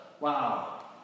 Wow